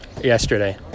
yesterday